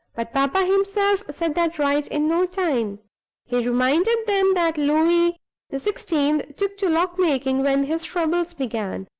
but papa himself set that right in no time he reminded them that louis the sixteenth took to lock-making when his troubles began,